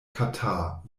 katar